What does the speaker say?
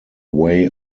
way